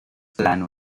plan